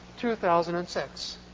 2006